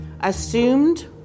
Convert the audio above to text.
assumed